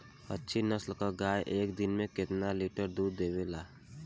अच्छी नस्ल क गाय एक दिन में केतना लीटर दूध देवे ला?